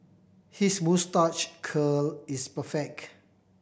his moustache curl is perfect